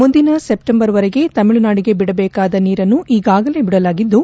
ಮುಂದಿನ ಸೆಪ್ಲೆಂಬರ್ವರೆಗೆ ತಮಿಳುನಾಡಿಗೆ ಬಿಡಬೇಕಾದ ನೀರನ್ನು ಈಗಾಗಲೇ ಬಿಡಲಾಗಿದ್ದು